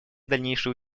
дальнейшие